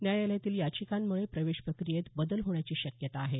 न्यायालयातील याचिकांमुळे प्रवेश प्रक्रियेत बदल होण्याची शक्यता आहे